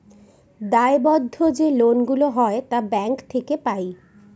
দায়বদ্ধ যে লোন গুলা হয় তা ব্যাঙ্ক থেকে পাই